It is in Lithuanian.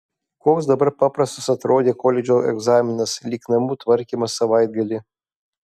koks dabar paprastas atrodė koledžo egzaminas lyg namų tvarkymas savaitgalį